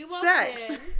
sex